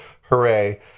hooray